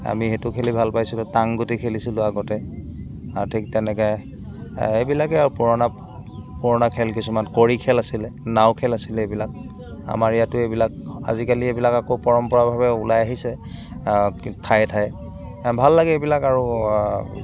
আমি সেইটো খেলি ভাল পাইছিলোঁ বা টাং গুটি খেলিছিলোঁ আগতে ঠিক তেনেকৈ এইবিলাকে আৰু পুৰণা পুৰণা খেল কিছুমান কড়ি খেলি আছিলে নাও খেল আছিলে এইবিলাক আমাৰ ইয়াতো এইবিলাক আজিকালি এইবিলাক আকৌ পৰম্পৰাভাৱে ওলাই আহিছে ঠায়ে ঠায়ে ভাল লাগে এইবিলাক আৰু